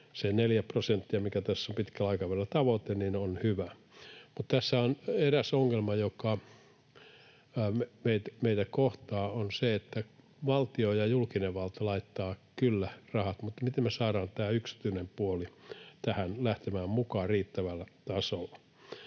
Se neljä prosenttia, mikä tässä on pitkällä aikavälillä tavoite, on hyvä. Mutta tässä on eräs ongelma, joka meitä kohtaa, ja se on se, että valtio ja julkinen valta laittavat kyllä rahat, mutta miten me saadaan tämä yksityinen puoli tähän lähtemään mukaan riittävällä tasolla.